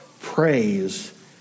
praise